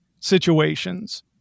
situations